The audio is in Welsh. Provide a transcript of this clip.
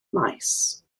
maes